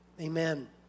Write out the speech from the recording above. amen